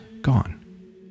gone